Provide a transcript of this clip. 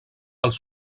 els